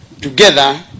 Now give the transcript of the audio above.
Together